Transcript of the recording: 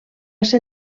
ser